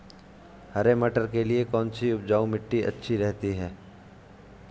हरे मटर के लिए कौन सी उपजाऊ मिट्टी अच्छी रहती है?